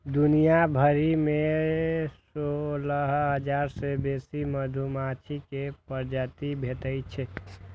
दुनिया भरि मे सोलह हजार सं बेसी मधुमाछी के प्रजाति भेटै छै